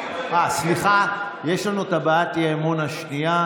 הצעת האי-אמון השנייה.